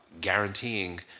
guaranteeing